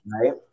right